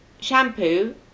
shampoo